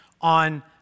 on